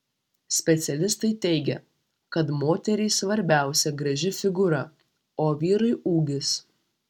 specialistai teigia kad moteriai svarbiausia graži figūra o vyrui ūgis